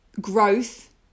growth